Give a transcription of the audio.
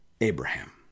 abraham